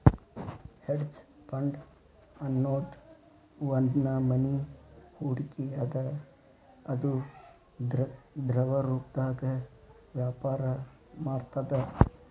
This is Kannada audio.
ಹೆಡ್ಜ್ ಫಂಡ್ ಅನ್ನೊದ್ ಒಂದ್ನಮನಿ ಹೂಡ್ಕಿ ಅದ ಅದು ದ್ರವರೂಪ್ದಾಗ ವ್ಯಾಪರ ಮಾಡ್ತದ